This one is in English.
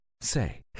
say